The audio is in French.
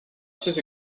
ses